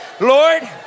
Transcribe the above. lord